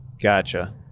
Gotcha